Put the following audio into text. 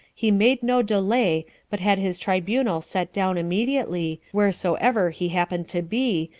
he made no delay, but had his tribunal set down immediately, wheresoever he happened to be,